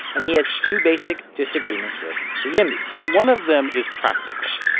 and he has two basic disagreements with the yimbys one of them is practical.